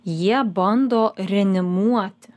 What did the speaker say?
jie bando reanimuoti